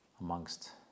amongst